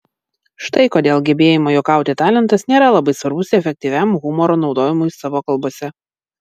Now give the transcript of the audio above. štai kodėl gebėjimo juokauti talentas nėra labai svarbus efektyviam humoro naudojimui savo kalbose